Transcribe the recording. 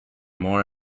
more